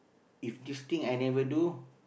if this thing I never do